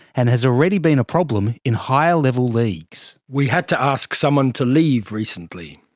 and has already been a problem in higher level leagues. we had to ask someone to leave recently.